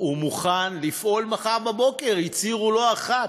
ומוכן לפעול מחר בבוקר והצהירו לא אחת: